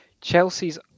Chelsea's